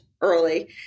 early